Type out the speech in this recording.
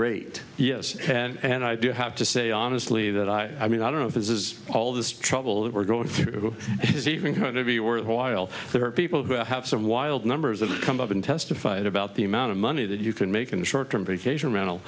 rate yes and i do have to say honestly that i mean i don't know if this is all this trouble that we're going through is even going to be worth while there are people who have some wild numbers that come up and testify about the amount of money that you can make in the short term vacation rental